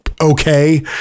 okay